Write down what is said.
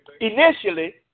Initially